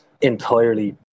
entirely